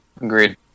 Agreed